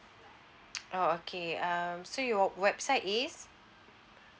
oh okay um so your website is